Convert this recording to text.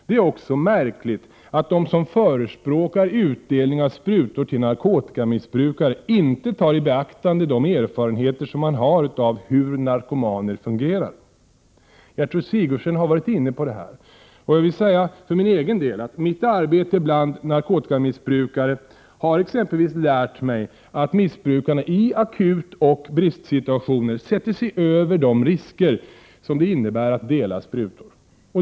Det är också märkligt att de som förespråkar utdelning av sprutor till narkotikamissbrukare inte tar i beaktande de erfarenheter som man har av hur narkomaner fungerar. Mitt eget arbete bland missbrukare har exempelvis lärt mig att missbrukarna i akutoch bristsituationer sätter sig över de risker det innebär att dela sprutor.